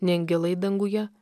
nei angelai danguje